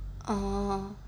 oh